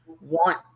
want